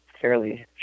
fairly